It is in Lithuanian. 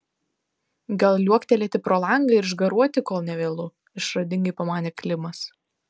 gal liuoktelėti pro langą ir išgaruoti kol ne vėlu išradingai pamanė klimas